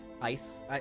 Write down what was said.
ice